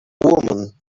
woman